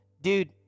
dude